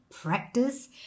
practice